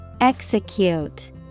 Execute